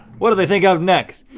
what'll they think of next?